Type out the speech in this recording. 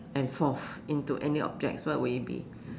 and forth into any objects what would it be